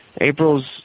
April's